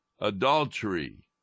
adultery